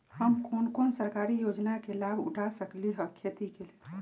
हम कोन कोन सरकारी योजना के लाभ उठा सकली ह खेती के लेल?